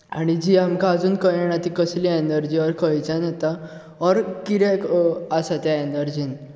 आनी जी आमकां अजून कळना ती कसली एनर्जी ऑर खंयच्यान येता ऑर कितें आसा त्या एनर्जींत